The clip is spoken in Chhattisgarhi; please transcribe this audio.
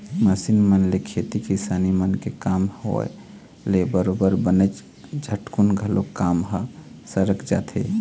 मसीन मन ले खेती किसानी मन के काम होय ले बरोबर बनेच झटकुन घलोक काम ह सरक जाथे